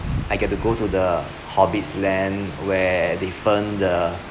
I get to go to the hobbit's land where they firmed the